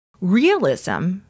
Realism